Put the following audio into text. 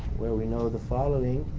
where we know the following.